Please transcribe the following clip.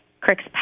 Crick's